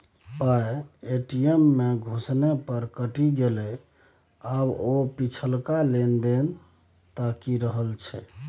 पाय ए.टी.एम मे घुसेने पर कटि गेलै आब ओ पिछलका लेन देन ताकि रहल छै